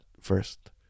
first